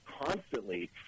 Constantly